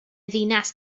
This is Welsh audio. ddinas